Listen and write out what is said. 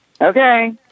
Okay